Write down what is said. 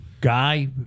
Guy